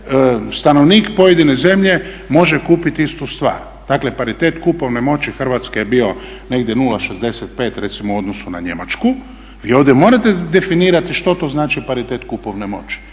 stanovnik pojedine zemlje može kupiti istu stvar. Dakle paritet kupovne moći je bio negdje 0,65 recimo u odnosu na Njemačku. Vi ovdje morate definirati što to znači paritet kupovne moći.